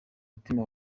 mutima